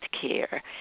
care